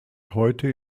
heute